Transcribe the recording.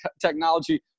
technology